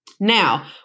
Now